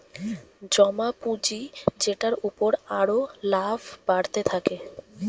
জমা পুঁজি যেটার উপর আরো লাভ বাড়তে থাকে